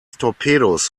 torpedos